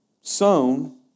sown